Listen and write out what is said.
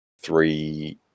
three